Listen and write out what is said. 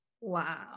Wow